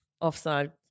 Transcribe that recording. offside